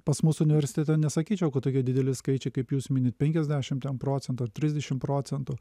pas mus universitete nesakyčiau kad tokie dideli skaičiai kaip jūs minit penkiasdešim ten procentų trisdešim procentų